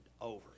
over